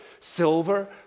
silver